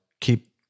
keep